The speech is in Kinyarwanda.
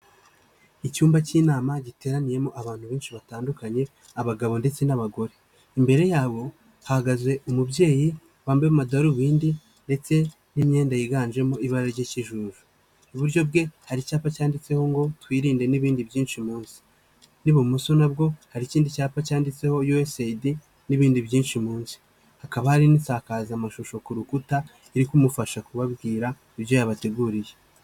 Icyumba cy'inama giteraniyemo abantu benshi batandukanye abagabo ndetse n'abagore. Imbere yabo hahagaze umubyeyi wambaye amadarubindi ndetse n'imyenda yiganjemo ibara ry'ikijuju. Iburyo bwe, hari icyapa cyanditseho ngo twirinde n'ibindi byinshi munsi. N'ibumoso nabwo hari ikindi cyapa cyanditseho USAID n'ibindi byinshi munsi. Hakaba hari n'insakazamashusho ku rukuta iri kumufasha kubabwira ibyo yabateguriye.